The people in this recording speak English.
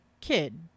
kid